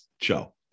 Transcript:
show